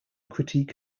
critique